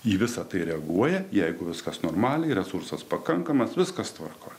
į visa tai reaguoja jeigu viskas normaliai resursas pakankamas viskas tvarkoj